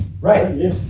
Right